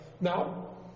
now